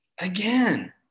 again